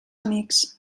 amics